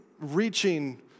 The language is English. reaching